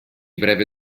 breve